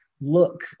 look